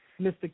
Mr